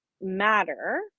matter